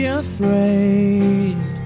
afraid